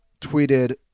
tweeted